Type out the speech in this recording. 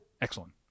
Excellent